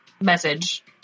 message